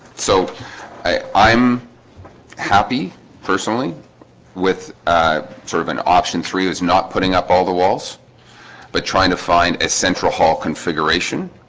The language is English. so i i'm happy personally with sort of an option three is not putting up all the walls but trying to find a central hall configuration